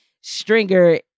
Stringer